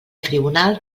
tribunal